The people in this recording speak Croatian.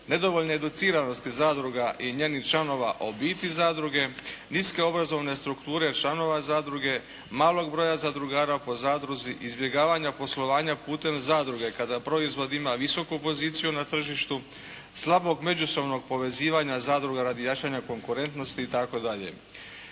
nedovoljne educiranosti zadruga i njenih članova o biti zadruge, niske obrazovne strukture članova zadruge, malog broja zadrugara po zadruzi, izbjegavanja poslovanja putem zadruge kada proizvod ima visoku poziciju na tržištu, slabog međusobnog povezivanja zadrugara i jačanja konkurentnosti itd.